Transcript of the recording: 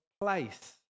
place